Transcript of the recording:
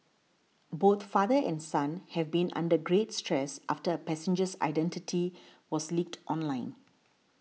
both father and son have been under great stress after the passenger's identity was leaked online